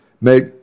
make